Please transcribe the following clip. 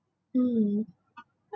mm